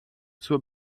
zur